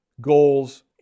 goals